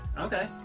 Okay